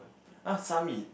ah some in